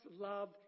love